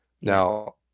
Now